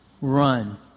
run